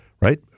Right